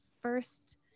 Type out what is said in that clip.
first